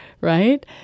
right